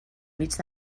mig